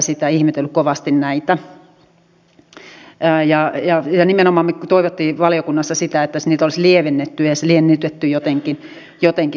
näin tietysti voidaan nytkin jo tehdä mutta ilmeisesti tarkoitetaan sitä että ne pitäisi voida verovapaasti käyttää starttirahana